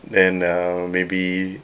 then uh maybe